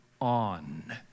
on